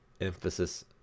emphasis